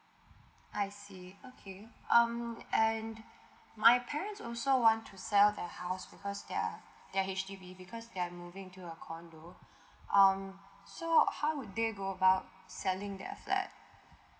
I see okay um and my parents also want to sell their house because they are they are H_D_B because they are moving to a condo um so how would they go about selling their flat